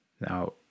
Now